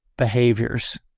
behaviors